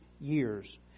years